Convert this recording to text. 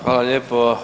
Hvala lijepo.